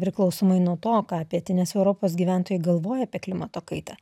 priklausomai nuo to ką pietinės europos gyventojai galvoja apie klimato kaitą